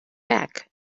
back